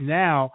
now